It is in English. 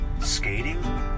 skating